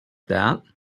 that